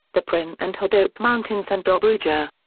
the pirin and rhodope mountains and dobrudja.